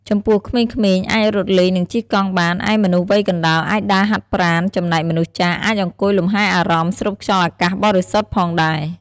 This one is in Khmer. ចំពោះក្មេងៗអាចរត់លេង និងជិះកង់បាន ឯមនុស្សវ័យកណ្ដាលអាចដើរហាត់ប្រាណ ចំណែកមនុស្សចាស់អាចអង្គុយលំហែអារម្មណ៍ ស្រូបខ្យល់អាកាសបរិសុទ្ធផងដែរ។